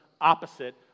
opposite